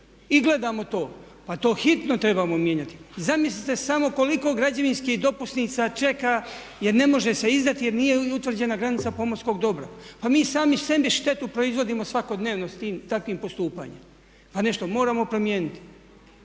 i gledamo to. Pa to hitno trebamo mijenjati. Zamislite samo koliko građevinskih dopusnica čeka jer ne može se izdati jer nije utvrđena granica pomorskog dobra. Pa mi sami štetu sebi proizvodimo svakodnevno s tim takvim postupanjem. Pa nešto moramo promijeniti,